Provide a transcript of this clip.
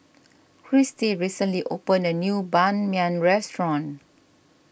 Kristie recently opened a new Ban Mian restaurant